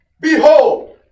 Behold